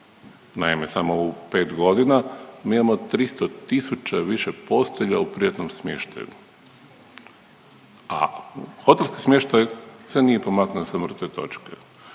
naime samo u 5 godina mi imamo 300 tisuća više postelja u privatnom smještaju, a hotelski smještaj se nije pomaknuo sa mrtve točke.